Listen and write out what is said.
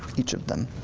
each of them.